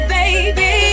baby